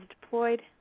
deployed